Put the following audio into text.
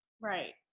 Right